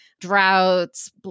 droughts